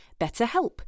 BetterHelp